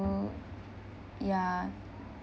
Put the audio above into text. ya